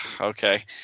okay